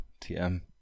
TM